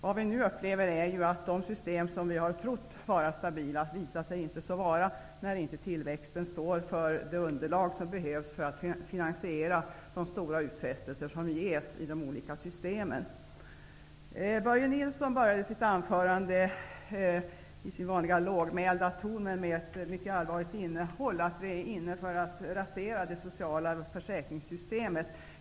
Vad vi nu upplever är ju att de system som vi har trott vara stabila visat sig inte vara det, när inte tillväxten står för det underlag som behövs för att finansiera de stora utfästelser som ges i de olika systemen. Börje Nilsson började sitt anförande i sin vanliga lågmälda ton, men innehållet var mycket allvarligt, att vi är inne på att rasera det sociala försäkringssystemet.